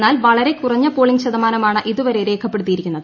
എന്നാൽ വളരെ കുറഞ്ഞ പോളിങ്ങ് ശതമാനമാണ് ഇതുവരെ രേഖപ്പെടുത്തിയിരിക്കുന്നത്